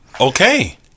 Okay